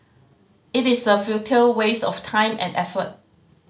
it is a futile waste of time and effort